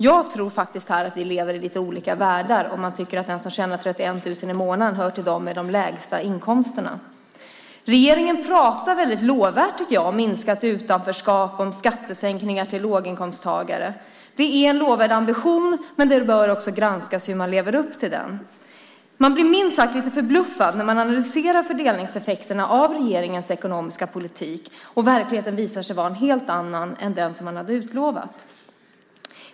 Jag tror faktiskt att vi lever i lite olika världar, om man tycker att den som tjänar 31 000 månaden hör till dem med de lägsta inkomsterna. Jag tycker att regeringen pratar väldigt lovvärt om minskat utanförskap och skattesänkningar till låginkomsttagare. Det är en lovvärd ambition, men det bör också granskas hur man lever upp till den. Man blir minst sagt lite förbluffad när man analyserad fördelningseffekterna av regeringens ekonomiska politik och verkligheten visar sig vara en helt annan än den som man har utlovat.